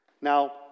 Now